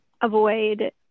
avoid